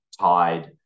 tied